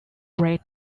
rate